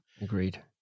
Agreed